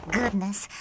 goodness